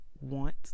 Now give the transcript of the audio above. want